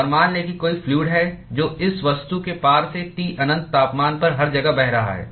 और मान लें कि कोई फ्लूअड है जो इस वस्तु के पार से T अनंत तापमान पर हर जगह बह रहा है